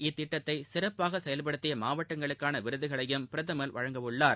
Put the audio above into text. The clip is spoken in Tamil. இத்திட்டத்தை சிறப்பாக செயல்படுத்திய மாவட்டங்களுக்கான விருதுகளையும் பிரதமர் வழங்க உள்ளார்